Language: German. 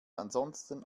ansonsten